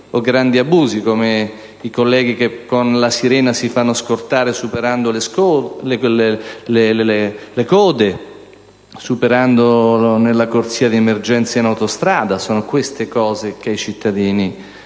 o grandi abusi, come nel caso di colleghi che con la sirena si fanno scortare superando le code, o guidando nella corsia di emergenza in autostrada. Sono queste cose le cose